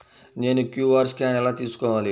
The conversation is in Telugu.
నేను క్యూ.అర్ స్కాన్ ఎలా తీసుకోవాలి?